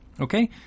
okay